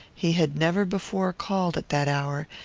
he had never before called at that hour,